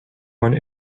one